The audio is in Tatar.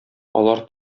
алар